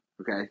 okay